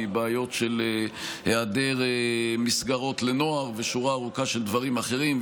מבעיות של היעדר מסגרות לנוער ושורה ארוכה של דברים אחרים,